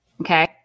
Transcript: Okay